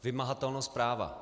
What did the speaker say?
Vymahatelnost práva.